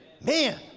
Man